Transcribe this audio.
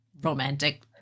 romantic